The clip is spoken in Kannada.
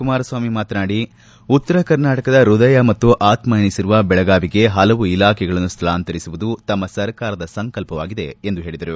ಕುಮಾರಸ್ನಾಮಿ ಮಾತನಾಡಿ ಉತ್ತರ ಕರ್ನಾಟಕದ ಪ್ಯದಯ ಮತ್ತು ಆತ್ಮ ಎನಿಸಿರುವ ಬೆಳಗಾವಿಗೆ ಪಲವು ಇಲಾಖೆಗಳನ್ನು ಸ್ವಳಾಂತರಿಸುವುದು ತಮ್ಮ ಸರ್ಕಾರದ ಸಂಕಲ್ಪವಾಗಿದೆ ಎಂದು ಹೇಳಿದರು